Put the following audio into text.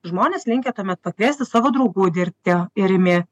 žmonės linkę tuomet pakviesti savo draugų dirbti į rimi